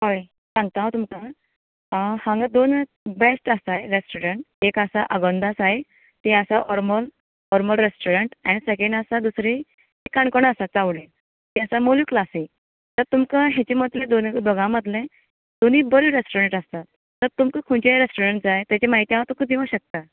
होय सांगता हांव तुमका आं हांगा दोन बेस्ट आसाय रेस्टोरंट एक आसा आगोंदा सायड तें आसा Harmal Harmal restaurant and second आसा दुसरें काणकोणा आसा चावडेर इट्स मोलूज क्लासीक तर तुमका हेचे मदलें धरून तुका दोगां मदलें दोनूय बरीं रेस्टोरंटा आसा तर तुमकां खंयचें रेस्टोरंट जाय तेजें म्हायती हांव तुकां दिवं शकता